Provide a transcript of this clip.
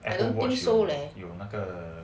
I don't think so leh